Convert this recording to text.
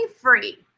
free